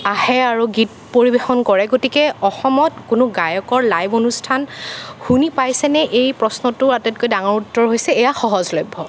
আহে আৰু গীত পৰিৱেশন কৰে গতিকে অসমত কোনো গায়কৰ লাইভ অনুষ্ঠান শুনি পাইছেনে এই প্ৰশ্নটোৰ আটাইতকৈ ডাঙৰ উত্তৰ হৈছে এয়া সহজলভ্য